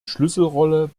schlüsselrolle